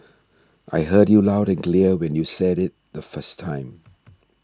I heard you loud and clear when you said it the first time